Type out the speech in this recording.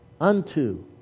Unto